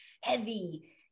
heavy